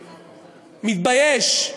מתבייש.